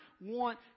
want